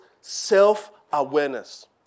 self-awareness